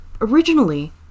Originally